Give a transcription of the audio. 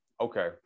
Okay